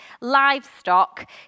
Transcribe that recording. livestock